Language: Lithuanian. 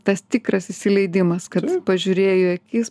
tas tikras įsileidimas kad pažiūrėjo į akis